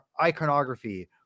iconography